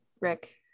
Rick